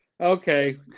Okay